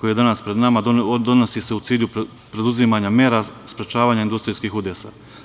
koji je danas pred nama donosi se u cilju preduzimanja mera sprečavanja industrijskih udesa.